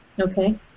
Okay